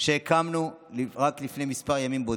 שהקמנו רק לפני כמה ימים.